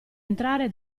entrare